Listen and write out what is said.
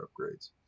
upgrades